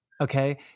Okay